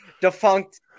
defunct